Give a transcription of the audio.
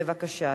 בבקשה,